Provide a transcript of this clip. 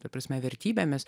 ta prasme vertybėmis